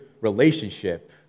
relationship